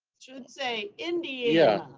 should say indiana.